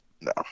No